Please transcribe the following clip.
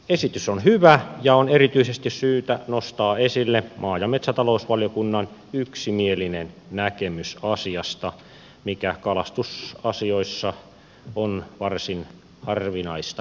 esitys on hyvä ja on erityisesti syytä nostaa esille maa ja metsätalousvaliokunnan yksimielinen näkemys asiasta mikä kalastusasioissa on varsin harvinaista herkkua